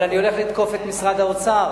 אבל אני הולך לתקוף את משרד האוצר.